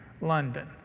London